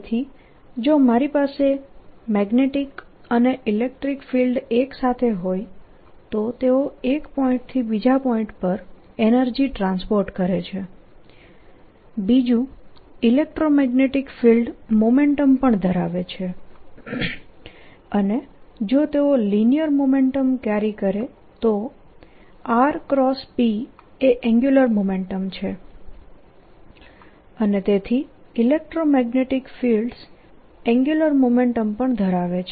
તેથી જો મારી પાસે મેગ્નેટીક અને ઇલેક્ટ્રીક ફિલ્ડ એક સાથે હોય તો તેઓ એક પોઇન્ટથી બીજા પોઇન્ટ પર એનર્જી ટ્રાન્સપોર્ટ કરે છે બીજું ઇલેક્ટ્રોમેગ્નેટીક ફિલ્ડ મોમેન્ટમ પણ ધરાવે છે અને જો તેઓ લિનીયર મોમેન્ટમ કેરી તો rp એ એન્ગ્યુલર મોમેન્ટમ છે અને તેથી ઇલેક્ટ્રોમેગ્નેટીક ફિલ્ડ્સ એન્ગ્યુલર મોમેન્ટમ પણ ધરાવે છે